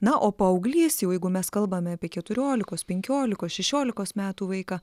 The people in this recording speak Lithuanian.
na o paauglys jau jeigu mes kalbame apie keturiolikos penkiolikos šešiolikos metų vaiką